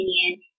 opinion